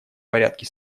порядке